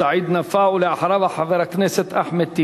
סעיד נפאע, ואחריו, חבר הכנסת אחמד טיבי.